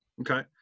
Okay